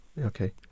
Okay